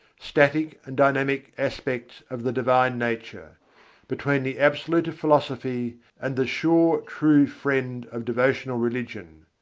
static and dynamic aspects of the divine nature between the absolute of philosophy and the sure true friend of devotional religion.